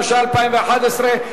התשע"א 2011,